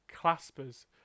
claspers